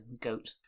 goat